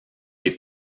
lui